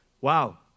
Wow